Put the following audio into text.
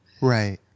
right